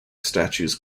statues